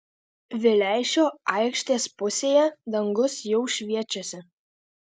vileišio aikštės pusėje dangus jau šviečiasi